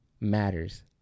matters